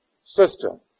system